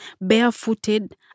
barefooted